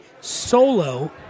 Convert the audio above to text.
Solo